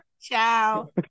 Ciao